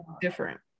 different